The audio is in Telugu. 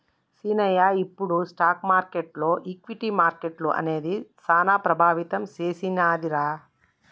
సీనయ్య ఇప్పుడు స్టాక్ మార్కెటులో ఈక్విటీ మార్కెట్లు అనేది సాన ప్రభావితం సెందినదిరా